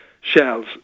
Shells